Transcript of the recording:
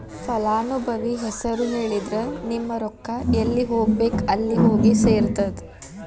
ಫಲಾನುಭವಿ ಹೆಸರು ಹೇಳಿದ್ರ ನಿಮ್ಮ ರೊಕ್ಕಾ ಎಲ್ಲಿ ಹೋಗಬೇಕ್ ಅಲ್ಲೆ ಹೋಗಿ ಸೆರ್ತದ